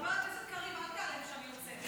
חבר הכנסת קריב, אל תיעלב שאני יוצאת.